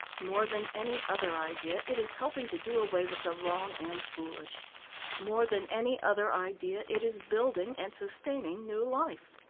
more than any other idea, it is helping to do away with the wrong and foolish more than any other idea, it is building and sustaining new life.